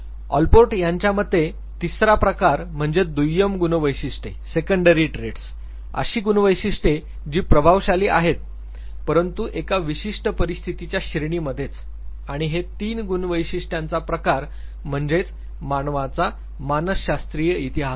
Allport यांच्या मते तिसरा प्रकार म्हणजे दुय्यम गुणवैशिष्ट्ये अशी गुणवैशिष्टे जी प्रभावशाली आहेत परंतु एका विशिष्ट परिस्थितीच्या श्रेणीमध्येच आणि हे तीन गुणवैशिष्ट्यांचा प्रकार म्हणजेच मानवाचा मानसशास्त्रीय इतिहास आहे